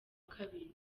kabiri